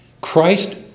Christ